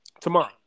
tomorrow